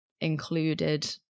included